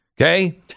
okay